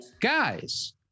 guys